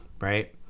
right